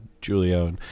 Julio